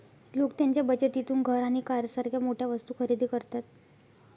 लोक त्यांच्या बचतीतून घर आणि कारसारख्या मोठ्या वस्तू खरेदी करतात